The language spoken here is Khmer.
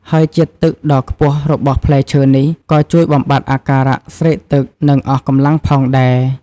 ហើយជាតិទឹកដ៏ខ្ពស់របស់ផ្លែឈើនេះ ក៏ជួយបំបាត់អាការៈស្រេកទឹក និងអស់កម្លាំងផងដែរ។